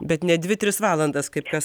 bet ne dvi tris valandas kaip kas